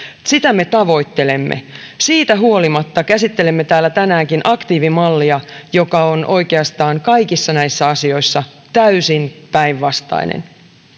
sitä me tavoittelemme siitä huolimatta käsittelemme täällä tänäänkin aktiivimallia joka on oikeastaan kaikissa näissä asioissa täysin päinvastainen